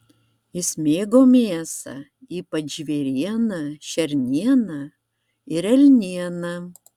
jis mėgo mėsą ypač žvėrieną šernieną ir elnieną